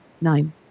Nine